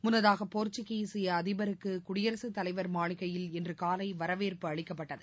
முன்னதாக போர்ச்சுகீசிய அதிபருக்கு குடியரசுத்தலைவர் மாளிகையில் இன்று காலை வரவேற்பு அளிக்கப்பட்டது